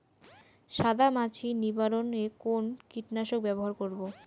সাদা মাছি নিবারণ এ কোন কীটনাশক ব্যবহার করব?